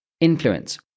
Influence